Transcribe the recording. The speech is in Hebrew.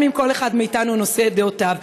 גם אם כל אחד מאתנו נושא את דעותיו.